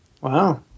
Wow